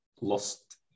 lost